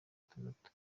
itandatu